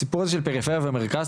הסיפור הזה של פריפריה ומרכז,